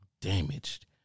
damaged